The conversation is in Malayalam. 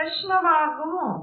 പ്രശ്നമാകുമോ